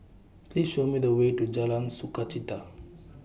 Please Show Me The Way to Jalan Sukachita